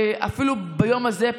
אפילו ביום הזה,